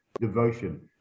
devotion